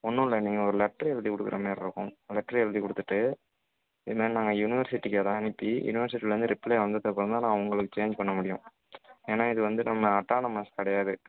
ஒன்றும் இல்லை நீங்கள் ஒரு லெட்டரு எழுதி கொடுக்குற மாதிரி இருக்கும் ஒரு லெட்டரு எழுதி கொடுத்துட்டு இதை மாதிரி நாங்கள் யூனிவர்சிட்டிக்கு அதை அனுப்பி யூனிவர்சிட்டியில இருந்து ரிப்ளே வந்ததுக்கு அப்புறம் தான் நான் உங்களுக்கு சேஞ் பண்ண முடியும் ஏன்னா இது வந்து நம்ம அட்டானமஸ் கிடையாது